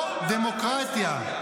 אתם עושים דברים רעים,